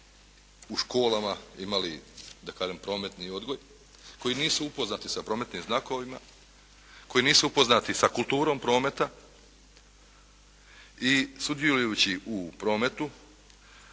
u školama imali da kažem prometni odgoj, koji nisu upoznati sa prometnim znakovima, koji nisu upoznati sa kulturom prometa i sudjelujući u prometu